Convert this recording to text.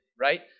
right